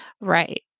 Right